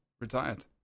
Retired